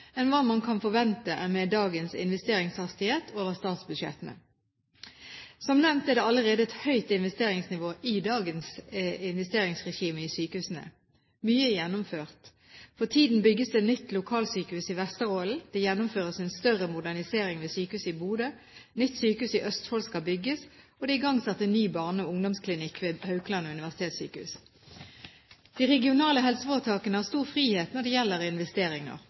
enn hva man kan forvente med dagens investeringshastighet over statsbudsjettene. Som nevnt er det allerede et høyt investeringsnivå i dagens investeringsregime i sykehusene. Mye er gjennomført. For tiden bygges det nytt lokalsykehus i Vesterålen, det gjennomføres en større modernisering ved sykehuset i Bodø, nytt sykehus i Østfold skal bygges, og det er igangsatt en ny barne- og ungdomsklinikk ved Haukeland universitetssjukehus. De regionale helseforetakene har stor frihet når det gjelder investeringer.